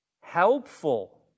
helpful